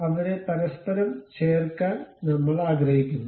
അവരെ പരസ്പരം ചേർക്കാൻ നമ്മൾ ആഗ്രഹിക്കുന്നു